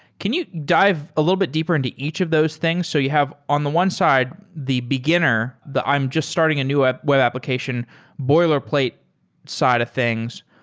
can you dive a little bit deeper into each of those things? so you have on the one side, the beginner, the i'm just starting a new web web application boilerplate side of things,